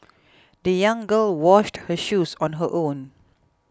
the young girl washed her shoes on her own